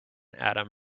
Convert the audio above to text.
atom